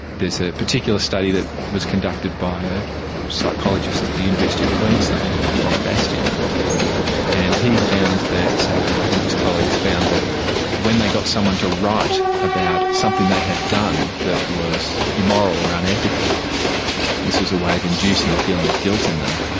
there's a particular study that was conducted by a psychologist at the university of queensland brock bastion and he found and his colleagues found that when they got someone to write about something they had done that was immoral or unethical this is a way of inducing a feeling guilt in them,